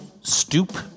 stoop